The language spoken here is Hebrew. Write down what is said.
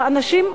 אסור,